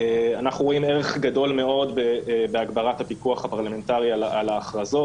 אנחנו רואים ערך גדול בהגברת הפיקוח הפרלמנטרי על ההכרזות.